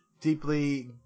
deeply